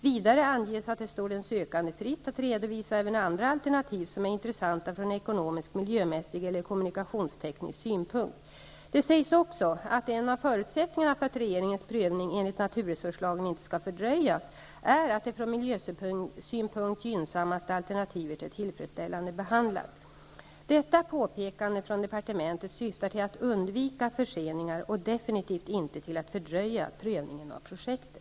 Vidare anges att det står den sökande fritt att redovisa även andra alternativ som är intressanta från ekonomisk, miljömässig eller kommunikationsteknisk synpunkt. Det sägs också att en av förutsättningarna för att regeringens prövning enligt naturresurslagen inte skall fördröjas, är att det från miljösynpunkt gynnsammaste alternativet är tillfredsställande behandlat. Detta påpekande från departementet syftar till att undvika förseningar och definitivt inte till att fördröja prövningen av projektet.